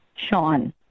sean